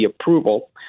approval